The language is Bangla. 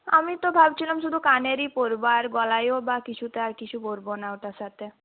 আমি তো ভাবছিলাম শুধু কানেরই পরব আর গলায়ও বা কিছুতে আর কিছু পরব না ওটার সাথে